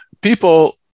people